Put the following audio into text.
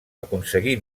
aconseguí